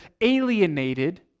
alienated